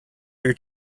your